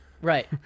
Right